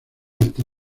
hasta